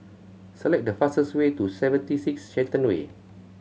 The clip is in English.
select the fastest way to Seventy Six Shenton Way